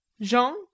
Jean